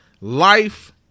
Life